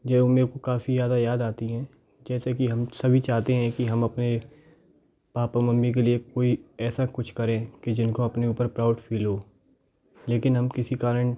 जो मेरे को काफ़ी ज़्यादा याद आती हैं जैसे कि हम सभी चाहते हें कि हम अपने पापा मम्मी के लिए कोई ऐसा कुछ करें कि जिनको अपने ऊपर प्राउड फ़ील हो लेकिन हम किसी कारण